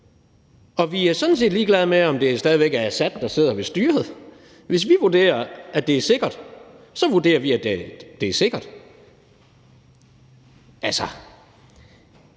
Og vi er sådan set ligeglade med, om det stadig væk er Assads styre, der sidder på magten. Hvis vi vurderer, det er sikkert, så vurderer vi, det er sikkert. Altså,